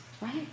Right